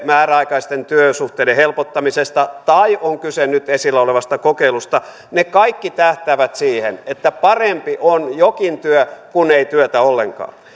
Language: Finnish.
määräaikaisten työsuhteiden helpottamisesta tai nyt esillä olevasta kokeilusta ne kaikki tähtäävät siihen että parempi on jokin työ kuin ei työtä ollenkaan